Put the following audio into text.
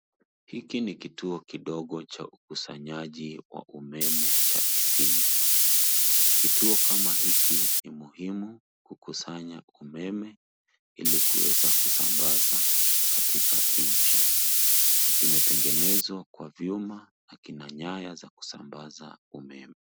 Hiki ni kituo kidogo cha ukusanyaji wa umeme cha Isinya. Kituo kama hiki ni muhimu kukusanya umeme ili kuweza kusambaza katika nchi. Kimetengenezwa kwa vyuma na kina nyaya za kusambaza umeme .